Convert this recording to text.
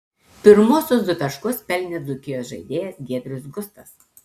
pirmuosius du taškus pelnė dzūkijos žaidėjas giedrius gustas